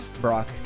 Brock